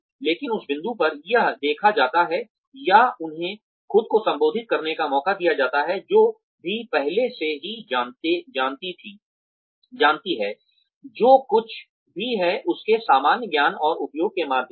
लेकिन उस बिंदु पर यह देखा जाता है या उन्हें खुद को साबित करने का मौका दिया जाता है जो भी पहले से ही जानती है जो कुछ भी है उसके सामान्य ज्ञान और उपयोग के माध्यम से